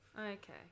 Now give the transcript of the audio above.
Okay